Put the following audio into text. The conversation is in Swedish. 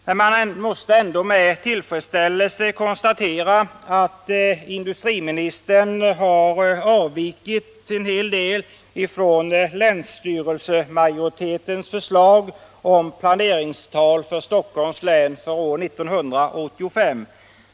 Men man måste ändå med tillfredsställelse konstatera att industriministern har avvikit en hel del från länsstyrelsemajoritetens förslag om planeringstal för Stockholms län för år 1985.